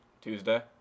Tuesday